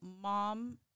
mom